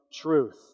Truth